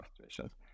situations